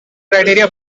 criteria